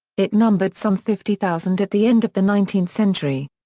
it numbered some fifty thousand at the end of the nineteenth century.